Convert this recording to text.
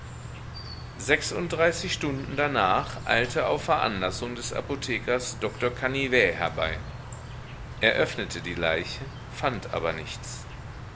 sechsunddreißig stunden darnach eilte auf veranlassung des apothekers doktor canivet herbei er öffnete die leiche fand aber nichts